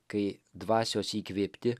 kai dvasios įkvėpti